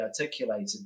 articulated